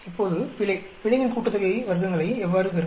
இப்போது பிழை பிழையின் கூட்டுத்தொகை வர்க்கங்களை எவ்வாறு பெறுவது